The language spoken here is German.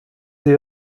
sie